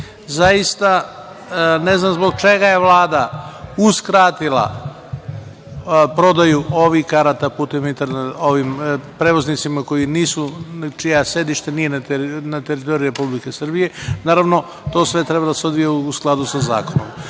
Srbije. Zaista, ne znam zbog čega je Vlada uskratila prodaju ovih karata prevoznicima čije sedište nije na teritoriji Republike Srbije? Naravno, to sve treba da se odvija u skladu sa